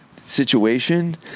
situation